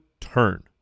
turn